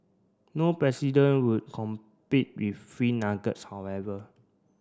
no president would compete with free nuggets however